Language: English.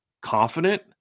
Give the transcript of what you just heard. confident